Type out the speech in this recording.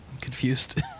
confused